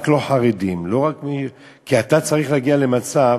רק לא חרדים, כי אתה צריך להגיע למצב